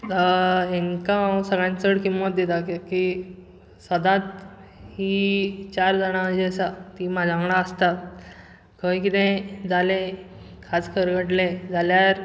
हेंका हांव सगळ्यांत चड किंमत दिता कित्याक की सदांच हीं चार जाणां जीं आसा तीं म्हाज्या वांगडा आसतात खंय कितें जालें खासकर अडलें जाल्यार